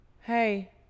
hey